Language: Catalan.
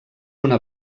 una